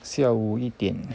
下午一点